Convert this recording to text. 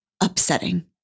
upsetting